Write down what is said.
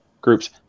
groups